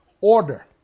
order